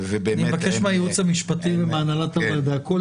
אני מבקש מהייעוץ המשפטי והנהלת הוועדה: כל